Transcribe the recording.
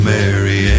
Mary